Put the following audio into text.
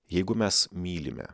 jeigu mes mylime